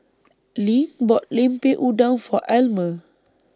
LINK bought Lemper Udang For Elmer